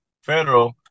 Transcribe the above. federal